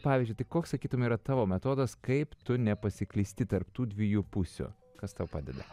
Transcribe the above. pavyzdžiui tai koks sakytum yra tavo metodas kaip tu nepasiklysti tarp tų dviejų pusių kas tau padeda